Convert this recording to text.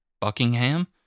Buckingham